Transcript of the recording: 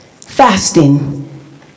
Fasting